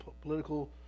political